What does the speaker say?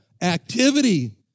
activity